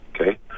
Okay